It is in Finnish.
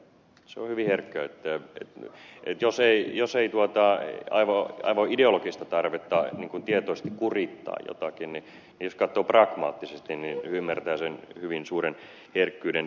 se on hyvin herkkä että jos ei ole aivan ideologista tarvetta tietoisesti kurittaa jotakin ja jos katsoo pragmaattisesti niin ymmärtää hyvin sen suuren herkkyyden